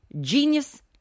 genius